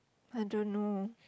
I don't know